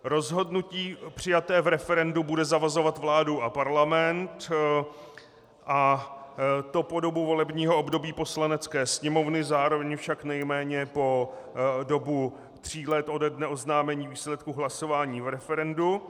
Rozhodnutí přijaté v referendu bude zavazovat vládu a parlament, a to po dobu volebního období Poslanecké sněmovny, zároveň však nejméně po dobu tří let ode dne oznámení výsledku hlasování v referendu.